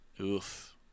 oof